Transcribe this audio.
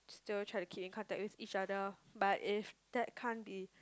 they will try to keep in contact with each other but if that can't be